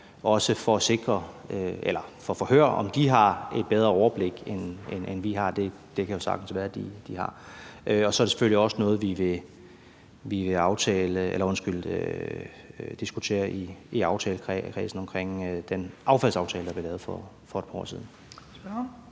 med KL om det, også for at høre, om de har et bedre overblik, end vi har. Det kan jo sagtens være, at de har det. Så er det selvfølgelig også noget, vi vil diskutere i aftalekredsen omkring den affaldsaftale, der blev lavet for et par år siden.